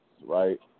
right